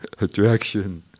attraction